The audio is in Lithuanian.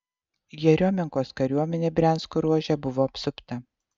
jeriomenkos kariuomenė briansko ruože buvo apsupta